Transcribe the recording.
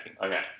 Okay